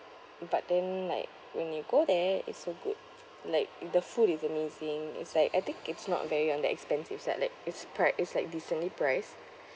but then like when you go there it's so good like the food is amazing like I think it's not very on the expensive side like it's pri~ it's like decently priced